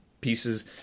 pieces